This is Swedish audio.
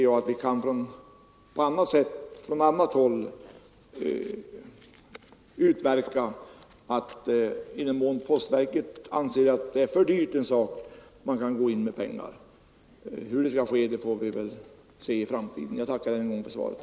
Jag antar att vi kan utverka att man — i den mån postverket tycker att en sak är för dyr — kan gå in med pengar från annat håll. Hur det skall ske får vi väl se i framtiden. Jag tackar än en gång för svaret.